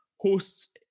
Hosts